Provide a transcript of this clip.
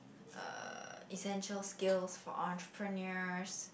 uh essential skills for entrepreneurs